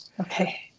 Okay